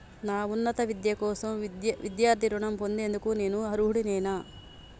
నా ఉన్నత విద్య కోసం విద్యార్థి రుణం పొందేందుకు నేను అర్హుడినేనా?